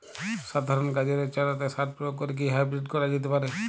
সাধারণ গাজরের চারাতে সার প্রয়োগ করে কি হাইব্রীড করা যেতে পারে?